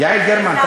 יעל גרמן, נחמן.